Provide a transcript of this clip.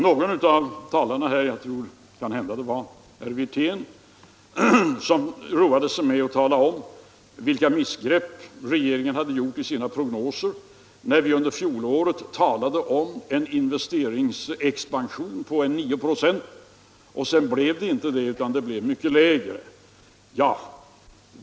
Någon av talarna här, det kanske var herr Wirtén, roade sig med att påpeka vilka missgrepp regeringen hade gjort i sina prognoser, när vi under fjolåret talade om en investeringsexpansion på en 9 96 — och sedan blev det inte det utan mycket lägre.